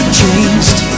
changed